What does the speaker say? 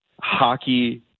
hockey